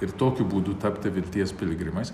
ir tokiu būdu tapti vilties piligrimais